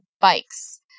bikes